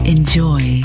Enjoy